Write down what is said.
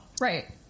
Right